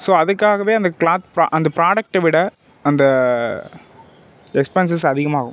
so அதுக்காகவே அந்த cloth பா அந்த ப்ராடக்ட்டை விட அந்த எக்ஸ்பென்சஸ் அதிகமாகும்